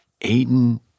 Aiden